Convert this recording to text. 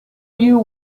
you